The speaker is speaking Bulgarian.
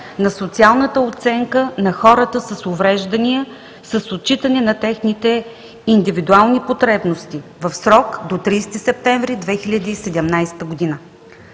на социалната оценка на хората с увреждания с отчитане на техните индивидуални потребности в срок до 30 септември 2017 г.